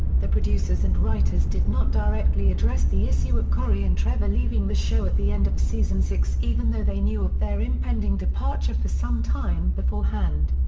the producers and writers did not directly address the issue of cory and trevor leaving the show at the end of season six even though they knew of their impending departure for some time beforehand.